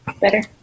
better